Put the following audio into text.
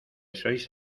sois